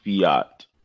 fiat